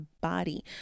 body